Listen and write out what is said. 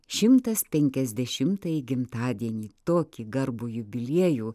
šimtas penkiasdešimtąjį gimtadienį tokį garbų jubiliejų